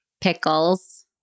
pickles